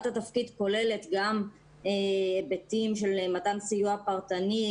התפקיד כוללת גם היבטים של מתן סיוע פרטני,